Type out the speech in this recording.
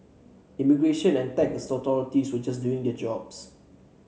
immigration and tax authorities were just doing their jobs